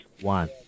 One